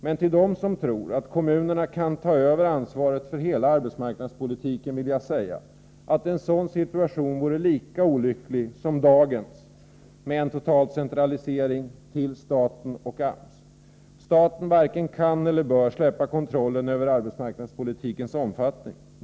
Men till dem som tror att kommunerna kan ta över ansvaret för hela arbetsmarknadspolitiken vill jag säga att en sådan situation vore lika olycklig som dagens, med en total centralisering till staten och AMS. Staten varken kan eller bör släppa kontrollen över arbetsmarknadspolitikens omfattning.